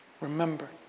Remember